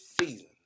season